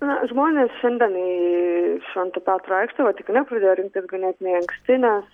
na žmonės šiandien į švento petro aikštę vatikane pradėjo rinktis ganėtinai anksti nes